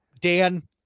Dan